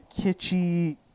kitschy